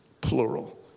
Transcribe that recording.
plural